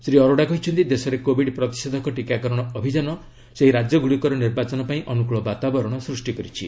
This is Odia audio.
ଶ୍ରୀ ଅରୋଡା କହିଛନ୍ତି ଦେଶରେ କୋବିଡ୍ ପ୍ରତିଷେଧକ ଟିକାକରଣ ଅଭିଯାନ ସେହି ରାଜ୍ୟଗୁଡ଼ିକର ନିର୍ବାଚନ ପାଇଁ ଅନୁକ୍କଳ ବାତାବରଣ ସୃଷ୍ଟି କରିଛି